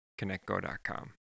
connectgo.com